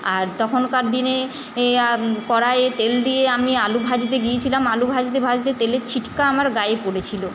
আর তখনকার দিনে কড়াইয়ে তেল দিয়ে আমি আলু ভাজতে গিয়েছিলাম আলু ভাজতে ভাজতে তেলের ছিটকা আমার গায়ে পড়েছিলো